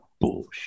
bullshit